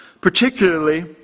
particularly